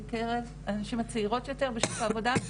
בקרב הנשים הצעירות יותר בשוק העבודה,